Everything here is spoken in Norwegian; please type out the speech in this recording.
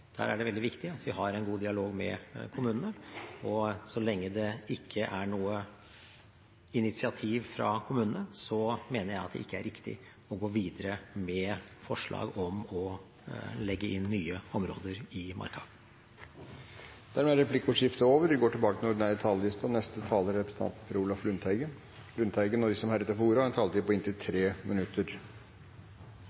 Der er det veldig viktig at vi har en god dialog med kommunene, og så lenge det ikke er noe initiativ fra kommunene, mener jeg at det ikke er riktig å gå videre med forslag om å legge inn nye områder i marka. Replikkordskiftet er omme. De talere som heretter får ordet, har en taletid på inntil 3 minutter. Den rød-grønne regjeringa la fram forslag til markalov 19. desember 2008, og